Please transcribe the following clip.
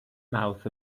mouth